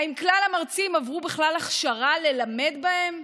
האם כלל המרצים עברו בכלל הכשרה ללמד בהם?